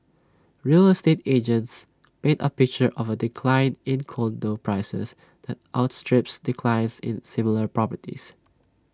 real estate agents paint A picture of A decline in condo prices that outstrips declines in similar properties